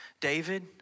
David